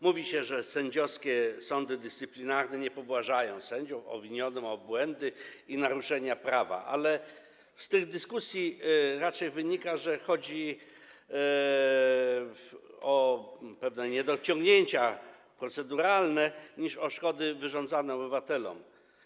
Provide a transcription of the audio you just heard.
Mówi się, że sędziowskie sądy dyscyplinarne nie pobłażają sędziom obwinionym o błędy i naruszenia prawa, ale z tych dyskusji raczej wynika, że chodzi bardziej o pewne niedociągnięcia proceduralne niż o szkody wyrządzane obywatelom.